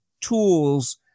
tools